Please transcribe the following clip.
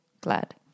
glad